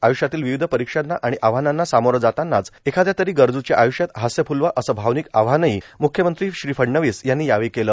आयुष्यातील र्वावध परांक्षांना व आव्हानांना सामोरे जातांनाच एखाद्यातरी गरजूच्या आयुष्यात हास्य फुलवा असे भार्वानक आवाहनही मुख्यमंत्री फडणवीस यांनी यावेळी केलं